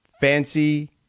Fancy